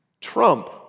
Trump